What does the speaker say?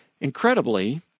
Incredibly